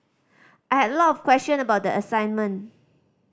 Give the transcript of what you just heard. I had a lot of question about the assignment